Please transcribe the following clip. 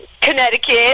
Connecticut